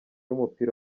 w’umupira